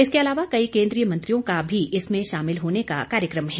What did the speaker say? इसके अलावा कई केन्द्रीय मंत्रियों का भी इसमें शामिल होने का कार्यक्रम है